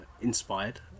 Inspired